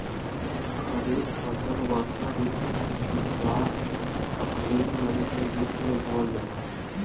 खरीफ फसल वषोॅ ऋतु के शुरुआत, अपृल मई के बीच में बोवल जाला